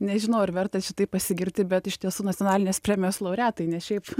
nežinau ar verta šitaip pasigirti bet iš tiesų nacionalinės premijos laureatai ne šiaip